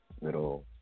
little